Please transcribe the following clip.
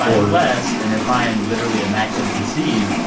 um blessed and if i am literally immaculately conceived,